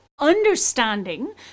understanding